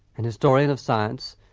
an historian of science,